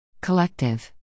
Collective